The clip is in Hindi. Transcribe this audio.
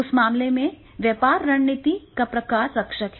उस मामले में व्यापार रणनीति का प्रकार रक्षक है